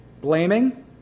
Blaming